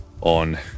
on